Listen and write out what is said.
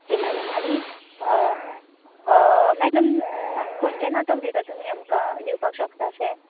okay madam आनी madam खंयचे नाटक दिता तुमी आमकां दिवपाक शकता अशें